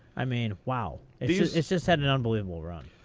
i mean, wow. it's just it's just had an unbelievable run.